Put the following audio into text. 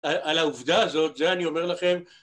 על העובדה הזאת, זה אני אומר לכם